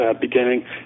beginning